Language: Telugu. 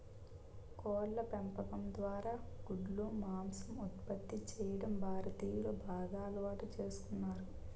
కోళ్ళ పెంపకం ద్వారా గుడ్లు, మాంసం ఉత్పత్తి చేయడం భారతీయులు బాగా అలవాటు చేసుకున్నారు